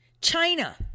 China